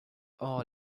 all